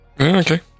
Okay